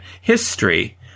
history